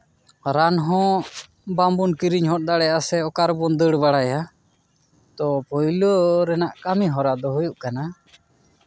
ᱨᱟᱱ ᱦᱚᱸ ᱵᱟᱝᱵᱚᱱ ᱠᱤᱨᱤᱧ ᱦᱚᱫ ᱫᱟᱲᱮᱭᱟᱜᱼᱟ ᱥᱮ ᱚᱠᱟ ᱨᱮᱵᱚᱱ ᱫᱟᱹᱲ ᱵᱟᱲᱟᱭᱟ ᱛᱚ ᱯᱳᱭᱞᱳ ᱨᱮᱱᱟᱜ ᱠᱟᱹᱢᱤ ᱦᱚᱨᱟ ᱫᱚ ᱦᱩᱭᱩᱜ ᱠᱟᱱᱟ